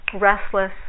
restless